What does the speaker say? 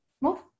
move